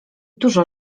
dużo